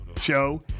show